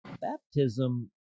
Baptism